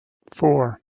four